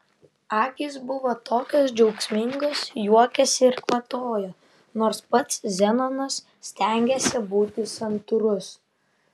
akys buvo tokios džiaugsmingos juokėsi ir kvatojo nors pats zenonas stengėsi būti santūrus